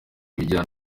ibingira